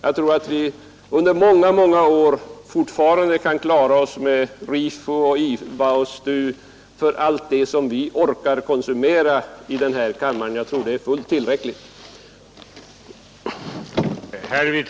Jag tror att vi under ytterligare många år kan klara oss med RIFO, IVA och STU för att erhålla alla de tekniska upplysningar vi orkar konsumera i den här kammaren. Det blir nog fullt tillräckligt.